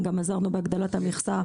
גם עזרנו בהגדלת המכסה,